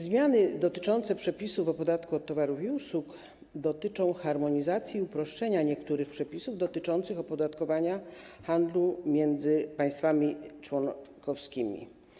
Zmiany dotyczące przepisów o podatku od towarów i usług dotyczą harmonizacji i uproszczenia niektórych przepisów dotyczących opodatkowania handlu między państwami członkowskimi.